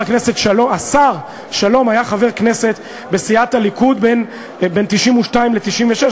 השר שלום היה חבר כנסת בסיעת הליכוד בין 1992 ל-1996,